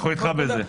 אנחנו איתך בזה.